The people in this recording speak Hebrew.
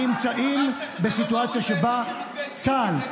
נמצאים בסיטואציה שבה צה"ל,